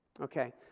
okay